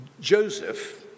Joseph